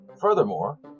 Furthermore